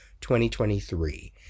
2023